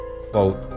Quote